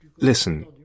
listen